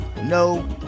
no